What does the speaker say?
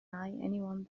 anyone